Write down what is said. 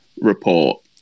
report